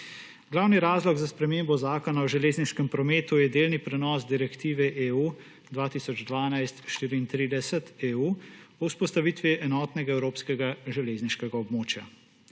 Glavni razlog za spremembo Zakona o železniškem prometu je delni prenos Direktive (EU) 2012/34/EU o vzpostavitvi enotnega evropskega železniškega območja.